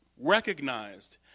recognized